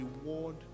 reward